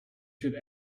should